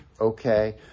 okay